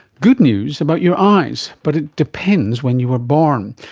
good news about your eyes, but it depends when you were born.